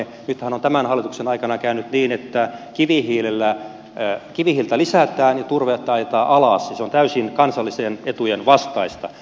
nythän on tämän hallituksen aikana käynyt niin että kivihiiltä lisätään ja turvetta ajetaan alas ja se on täysin kansallisten etujen vastaista